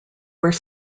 where